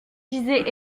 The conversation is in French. disait